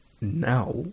Now